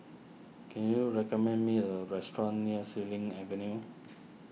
can you recommend me a restaurant near Xilin Avenue